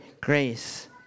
grace